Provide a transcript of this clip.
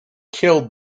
killed